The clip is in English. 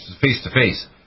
face-to-face